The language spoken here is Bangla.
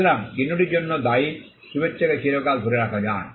সুতরাং চিহ্নটির জন্য দায়ী শুভেচ্ছাকে চিরকাল ধরে রাখা যায়